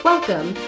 Welcome